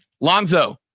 Lonzo